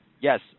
Yes